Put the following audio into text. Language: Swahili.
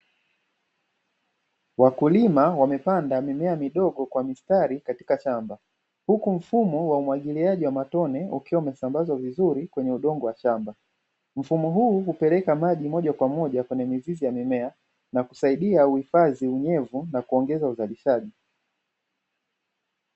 Wakulima wamepanda mimea midogo kwa mistari katika shamba, huku mfumo wa umwagiliaji kwa matone ukiwa umesambazwa vizuri kwenye udongo wa shamba. Mfumo huu hupeleka maji moja kwa moja kwenye mizizi ya mimea na kusaidia uhifadhi unyevu na kuongeza uzalishaji.